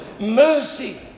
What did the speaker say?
mercy